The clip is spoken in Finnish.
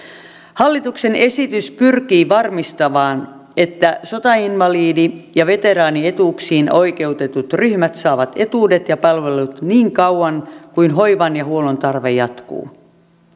hallituksen esitys pyrkii varmistamaan että sotainvalidi ja veteraanietuuksiin oikeutetut ryhmät saavat etuudet ja palvelut niin kauan kuin hoivan ja huollon tarve jatkuu